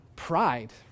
pride